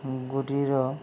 ଗୋଟିଏର